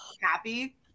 happy